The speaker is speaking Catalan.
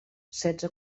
setze